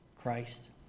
Christ